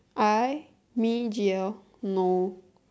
I me G_L no